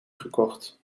gekocht